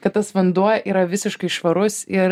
kad tas vanduo yra visiškai švarus ir